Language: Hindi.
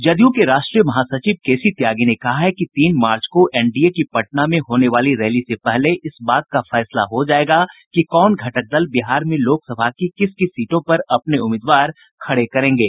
जदयू के राष्ट्रीय महासचिव केसी त्यागी ने कहा है कि तीन मार्च को एनडीए की पटना में होने वाली रैली से पहले इस बात का फैसला हो जायेगा कि कौन घटक दल बिहार में लोकसभा की किस किस सीटों पर अपने उम्मीदवार खड़े करेंगे